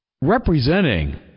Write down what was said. Representing